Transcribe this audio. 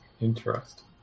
Interesting